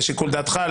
לשיקול דעתך,